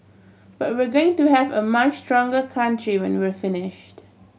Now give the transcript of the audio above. but we're going to have a much stronger country when we finished